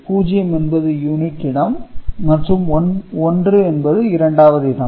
0 என்பது யூனிட் இடம் மற்றும் 1 என்பது இரண்டாவது இடம்